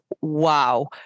wow